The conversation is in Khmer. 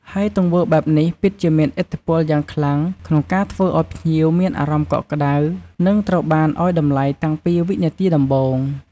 ហើយទង្វើបែបនេះពិតជាមានឥទ្ធិពលយ៉ាងខ្លាំងក្នុងការធ្វើឲ្យភ្ញៀវមានអារម្មណ៍កក់ក្ដៅ និងត្រូវបានឲ្យតម្លៃតាំងពីវិនាទីដំបូង។